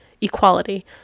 equality